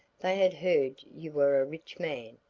they had heard you were a rich man,